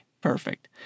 perfect